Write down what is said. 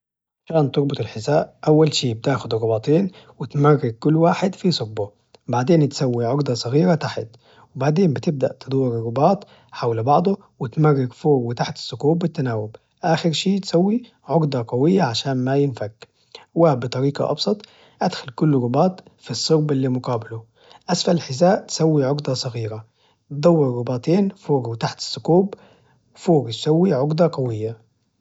عشان تربط الحذاء، أول شي بتاخد الرباطين وتمرق كل واحد في ثقبه بعدين تسوي عقدة صغيرة تحت، وبعدين بتبدأ تدور الرباط حول بعضه وتمرق فوق وتحت الثقوب بالتناوب، آخر شي تسوي عقدة قوية عشان ما ينفك، وبطريقة أبسط أدخل كل رباط في الثقب إللي مقابله، أسفل الحذاء تسوي عقدة صغيرة، تدور رباطين فوق وتحت الثقوب، فوق تسوي عقدة قوية.